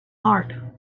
heart